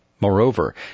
Moreover